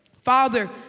Father